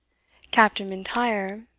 captain m'intyre,